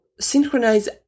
synchronize